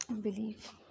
believe